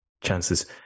chances